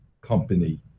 company